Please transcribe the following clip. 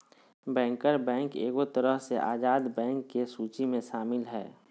banker bank एगो तरह से आजाद बैंक के सूची मे शामिल हय